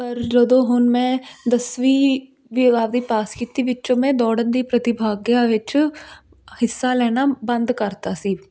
ਪਰ ਜਦੋਂ ਹੁਣ ਮੈਂ ਦਸਵੀਂ ਪਾਸ ਕੀਤੀ ਵਿੱਚੋਂ ਮੈਂ ਦੌੜਨ ਦੀ ਪ੍ਰਤਿਭਾਗਿਆ ਵਿੱਚ ਹਿੱਸਾ ਲੈਣਾ ਬੰਦ ਕਰਤਾ ਸੀ